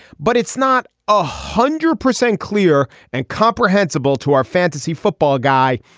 but it's not a hundred percent clear and comprehensible to our fantasy football guy.